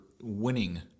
winning